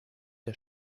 der